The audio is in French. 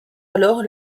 alors